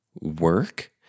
work